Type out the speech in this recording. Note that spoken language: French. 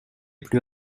plus